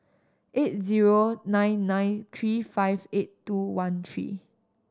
eight zero nine nine three five eight two one three